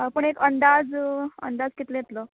आं पूण एक अंदाज सो अंदाज कितलें येतलो